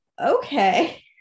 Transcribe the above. okay